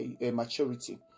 maturity